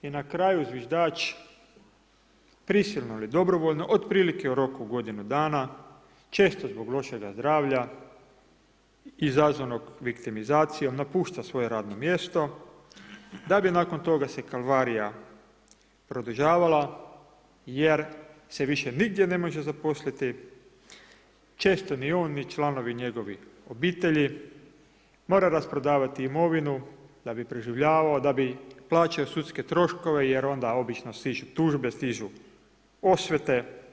I na kraju zviždač prisilno ili dobrovoljno otprilike u roku godinu dana često zbog lošega zdravlja izazvanog viktimizacijom napušta svoje radno mjesto da bi nakon toga se kalvarija produžavala jer se više nigdje ne može zaposliti, često ni on ni članovi njegovih obitelji, mora rasprodavati imovinu da bi preživljavao, da bi plaćao sudske troškove jer onda obično stižu tužbe, stižu osvete.